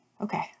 Okay